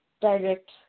direct